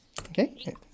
Okay